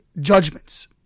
judgments